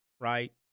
right